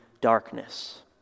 darkness